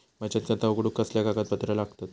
बचत खाता उघडूक कसले कागदपत्र लागतत?